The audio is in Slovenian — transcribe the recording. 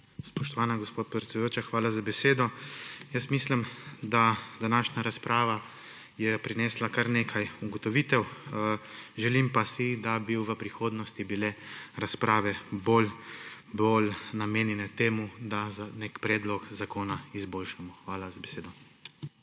Spoštovana gospa predsedujoča, hvala za besedo. Jaz mislim, da je današnja razprava prinesla kar nekaj ugotovitev. Želim pa si, da bi v prihodnosti bile razprave bolj namenjene temu, da nek predlog zakona izboljšamo. Hvala za besedo.